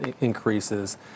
increases